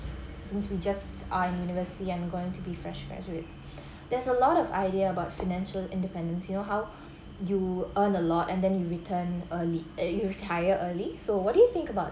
since we just are universally I'm going to be fresh graduates there's a lot of idea about financial independence you know how you earn a lot and then you return early uh you retire early so what do you think about